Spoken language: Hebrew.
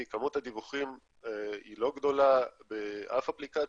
כי כמות הדיווחים היא לא גדולה באף אפליקציה,